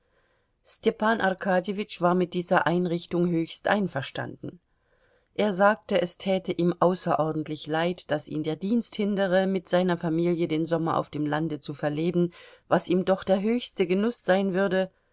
arkadjewitsch war mit dieser einrichtung höchst einverstanden er sagte es täte ihm außerordentlich leid daß ihn der dienst hindere mit seiner familie den sommer auf dem lande zu verleben was ihm doch der höchste genuß sein würde